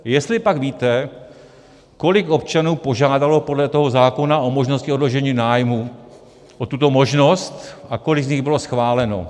Jestlipak víte, kolik občanů požádalo podle toho zákona o možnost odložení nájmů, o tuto možnost, a kolik z nich bylo schváleno?